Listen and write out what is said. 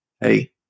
hey